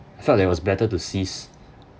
felt that was better to cease